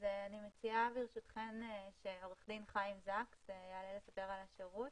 אני מציעה שעורך דין חיים זקס יעלה לספר על השירות.